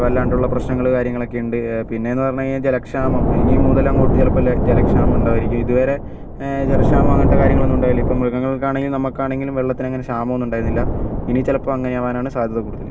വല്ലാണ്ടുള്ള പ്രശ്നങ്ങൾ കാര്യങ്ങളൊക്കെ ഉണ്ട് പിന്നേന്ന് പറഞ്ഞ് കഴിഞ്ഞാൽ ജലക്ഷാമം ഇനി മുതൽ അങ്ങോട്ട് ചിലപ്പം ജലക്ഷാമം ഉണ്ടാവോയിരിക്കും ഇതുവരെ ജലക്ഷാമം അങ്ങനത്തെ കാര്യങ്ങൾ ഒന്നും ഉണ്ടാവില്ല ഇപ്പം മൃഗങ്ങൾക്ക് ആണെങ്കിലും നമ്മൾക്ക് ആണെങ്കിലും വെള്ളത്തിന് അത്ര ക്ഷാമം ഒന്നും ഉണ്ടായിരുന്നില്ല ഇനി ചിലപ്പം അങ്ങനെ ആവാനാണ് സാധ്യത കൂടുതൽ